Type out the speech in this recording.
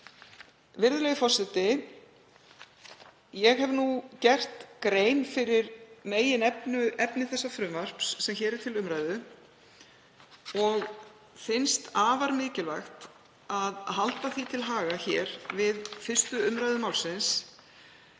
Virðulegi forseti. Ég hef gert grein fyrir meginefni þess frumvarps sem hér er til umræðu. Mér finnst afar mikilvægt að halda því til haga við 1. umr. málsins